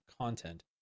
content